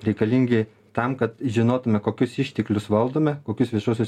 reikalingi tam kad žinotume kokius išteklius valdome kokius viešuosius